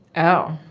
oh.